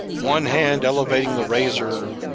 one hand elevating the razor,